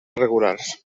regulars